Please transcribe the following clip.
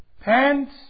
Pants